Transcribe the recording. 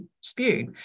spewed